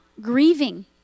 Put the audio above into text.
grieving